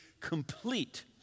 complete